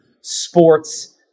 sports